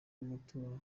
y’amatora